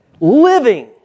living